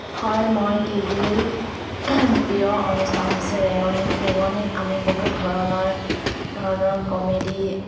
হয় মই টিভিৰ প্ৰিয় অনুষ্ঠান হৈছে ৰেঙনি ৰেঙনিত আমি বহুত ধৰণৰ ধৰণৰ কমেডি